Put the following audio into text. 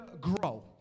grow